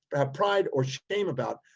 have pride or shame about,